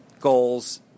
goals